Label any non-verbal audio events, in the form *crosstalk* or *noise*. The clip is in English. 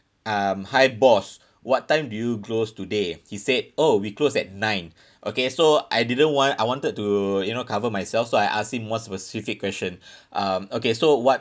um hi boss what time do you close today he said oh we close at nine *breath* okay so I didn't want I wanted to you know cover myself so I asked him one specific question *breath* um okay so what